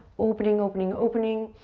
opening, opening, opening.